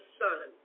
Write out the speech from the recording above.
son